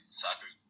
soccer